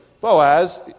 Boaz